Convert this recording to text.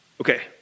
Okay